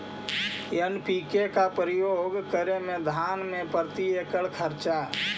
NPK का प्रयोग करे मे धान मे प्रती एकड़ खर्चा?